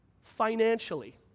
financially